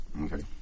Okay